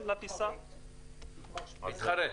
בבקשה.